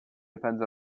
depends